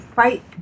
fight